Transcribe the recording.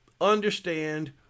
understand